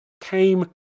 came